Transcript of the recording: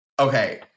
Okay